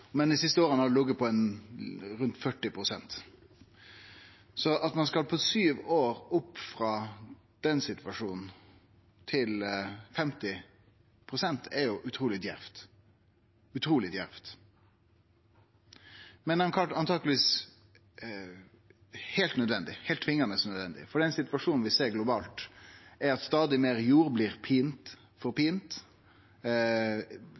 men dei siste åra har ho lege på rundt 40 pst. At ein på sju år skal opp frå den situasjonen til 50 pst., er utruleg djervt – utruleg djervt – men det er antakeleg heilt nødvendig, heilt tvingande nødvendig. Den situasjonen vi ser globalt, er at stadig meir jord blir